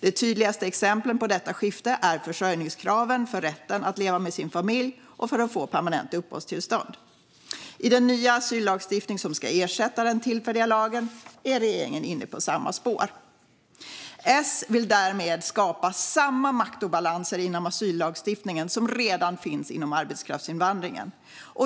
De tydligaste exemplen på detta skifte är försörjningskraven för rätten att leva med sin familj och att få permanent uppehållstillstånd. I den nya asyllagstiftning som ska ersätta den tillfälliga lagen är regeringen inne på samma spår. S vill därmed skapa samma maktobalanser inom asyllagstiftningen som redan finns inom arbetskraftsinvandringen.